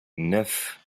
neuf